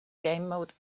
gamemode